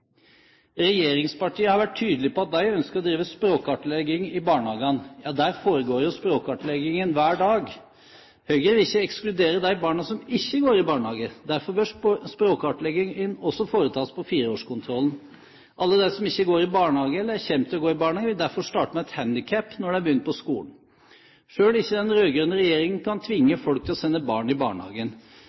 har vært tydelige på at de ønsker å drive språkkartlegging i barnehagene. Ja, der foregår det jo språkkartlegging hver dag. Høyre vil ikke ekskludere de barna som ikke går i barnehage. Derfor bør språkkartleggingen også foretas på 4-årskontrollen. Alle de som ikke går i barnehage, eller kommer til å gå i barnehage, vil derfor starte med et handikap når de begynner på skolen. Selv ikke den rød-grønne regjeringen kan tvinge folk til å sende barn i barnehagen.